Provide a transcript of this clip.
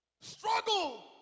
Struggle